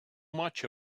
much